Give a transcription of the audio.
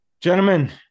Gentlemen